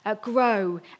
grow